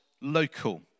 local